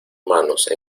manos